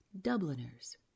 Dubliners